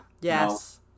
Yes